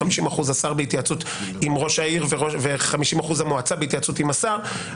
50% לשר בהתייעצות עם ראש העיר ו-50% למועצה בהתייעצות עם השר.